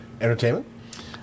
Entertainment